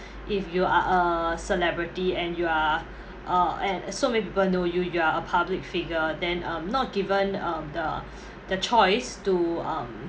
if you are a celebrity and you are uh and so many people know you you are a public figure then um not given um the the choice to um